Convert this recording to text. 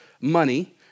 money